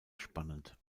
spannend